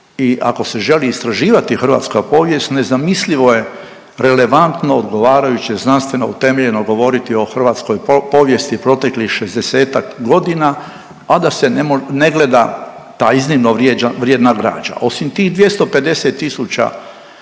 i ako se želi istraživati hrvatska povijest nezamislivo je relevantno odgovarajuće znanstveno utemeljeno govoriti o hrvatskoj povijesti proteklih 60-ak godina, a da se ne gleda ta iznimno vrijedna građa. Osim tih 250